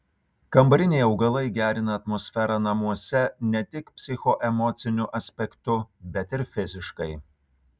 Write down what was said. kambariniai augalai gerina atmosferą namuose ne tik psichoemociniu aspektu bet ir fiziškai